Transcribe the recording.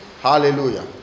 Hallelujah